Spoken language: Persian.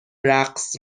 رقص